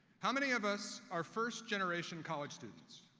how many of us are first generation college students?